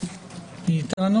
אנו